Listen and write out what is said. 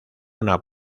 una